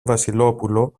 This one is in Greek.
βασιλόπουλο